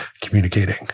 communicating